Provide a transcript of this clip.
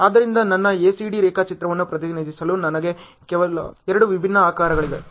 ಆದ್ದರಿಂದ ನನ್ನ ACD ರೇಖಾಚಿತ್ರವನ್ನು ಪ್ರತಿನಿಧಿಸಲು ನನಗೆ ಕೇವಲ ಎರಡು ವಿಭಿನ್ನ ಆಕಾರಗಳಿವೆ